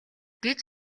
гэж